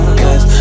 guess